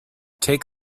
take